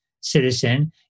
citizen